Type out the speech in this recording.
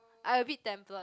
I a bit tempted